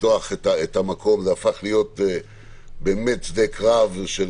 המקום באמת הפך לשדה קרב של